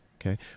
okay